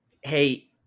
hey